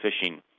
fishing